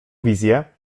wizje